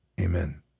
Amen